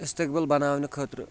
اِستِقبِل بَناونہٕ خٲطرٕ